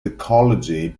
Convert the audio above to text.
ecology